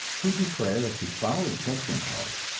who declare that to follow the sex impulse,